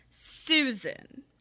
Susan